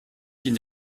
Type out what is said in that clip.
ihnen